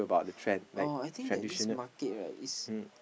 oh I think that this market right is